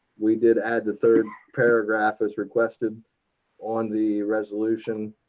we did added third paragraph as requested on the resolution